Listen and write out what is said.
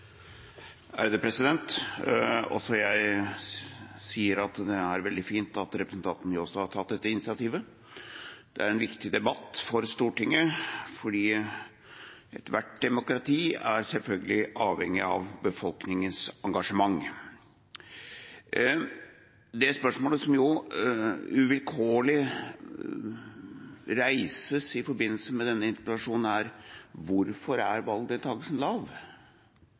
at det er veldig fint at representanten Njåstad har tatt dette initiativet. Det er en viktig debatt for Stortinget, fordi ethvert demokrati selvfølgelig er avhengig av befolkningens engasjement. Det spørsmålet som uunngåelig melder seg i forbindelse med denne interpellasjonen, er: Hvorfor er valgdeltakelsen lav?